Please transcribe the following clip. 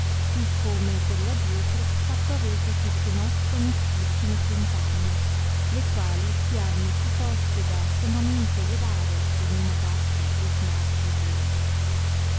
sì come per lo adietro fatto avete a queste nostre onestissime compagne le quali si hanno più tosto da sommamente lodare che in niuna parte biasmar di voi